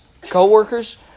co-workers